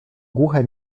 głuche